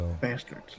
Bastards